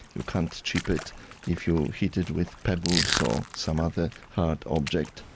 you can't chip it if you hit it with pebbles or some other hard object.